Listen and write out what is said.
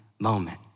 moment